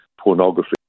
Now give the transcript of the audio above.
pornography